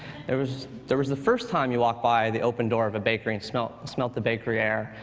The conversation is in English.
there was there was the first time you walked by the open door of a bakery and smelt smelt the bakery air,